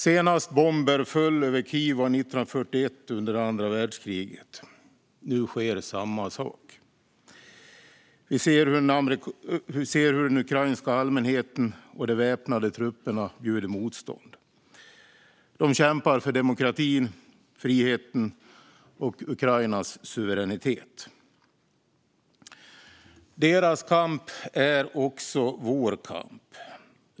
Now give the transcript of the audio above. Senast bomber föll över Kiev var 1941 under andra världskriget. Nu sker samma sak. Vi ser hur den ukrainska allmänheten och de väpnade trupperna bjuder motstånd. De kämpar för demokratin, friheten och Ukrainas suveränitet. Deras kamp är också vår kamp.